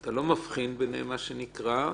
אתה לא מבחין ביניהם מה שנקרא.